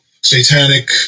satanic